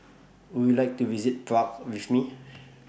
Would YOU like to visit Prague with Me